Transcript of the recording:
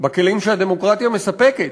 בכלים שהדמוקרטיה מספקת,